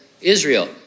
Israel